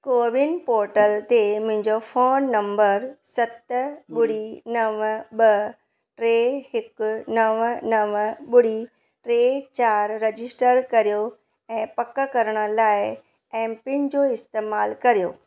CoWIN portal ते मुंहिंजो phone number सत ॿुड़ी नव ॿ टे हिक नव नव ॿुड़ी टे चारि रजिस्टर करियो ऐं पक करण लाइ एम पिन जो इस्तेमाल करियो